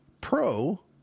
pro